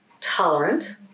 tolerant